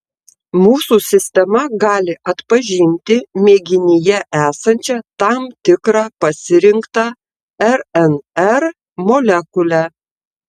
mūsų sistema gali atpažinti mėginyje esančią tam tikrą pasirinktą rnr molekulę